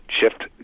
shift